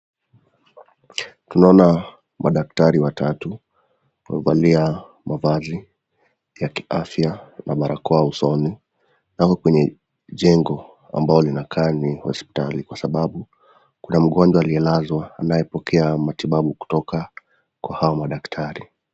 Tunaona madaktari watatu, wamevalia mavazi ya kiafya na barakoa usoni. Wako kwenye jengo ambalo linakaa ni hospitali kwa sababu kuna mgonjwa aliyelazwa anayepokea matibabu kutoka kwa hao madaktari.